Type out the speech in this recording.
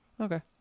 Okay